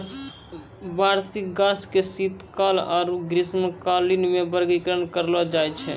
वार्षिक गाछ के शीतकाल आरु ग्रीष्मकालीन मे वर्गीकरण करलो जाय छै